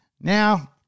Now